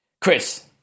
Chris